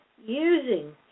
using